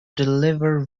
deliver